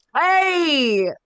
Hey